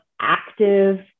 active